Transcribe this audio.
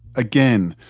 again,